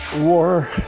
War